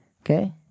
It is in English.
Okay